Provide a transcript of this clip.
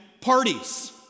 parties